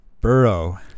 Burrow